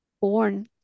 born